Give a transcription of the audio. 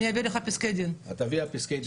אני אביא לך פסקי דין, את תביאי פסקי דין.